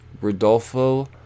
Rodolfo